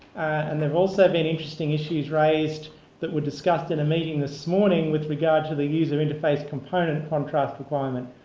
and there have also been interesting issues raised that were discussed in a meeting this morning with regard to the user interface component contrast requirement.